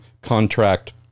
contract